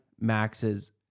Max's